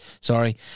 Sorry